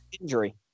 Injury